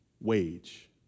wage